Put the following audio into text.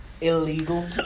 Illegal